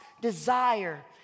desire